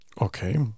Okay